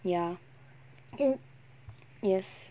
ya yes